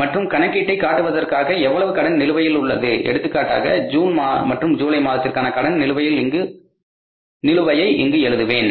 மற்றும் கணக்கீட்டை காட்டுவதற்காக எவ்வளவு கடன் நிலுவையில் உள்ளது எடுத்துக்காட்டாக ஜூன் மற்றும் ஜூலை மாதத்திற்கான கடன் நிலுவையை இங்கு எழுதுவேன்